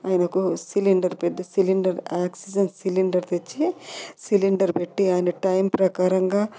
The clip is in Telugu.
ఆయనకు సిలిండర్ పెద్ద సిలిండర్ ఆక్సిజన్ సిలిండర్ తెచ్చి సిలిండర్ పెట్టి ఆయన టైం ప్రకారంగా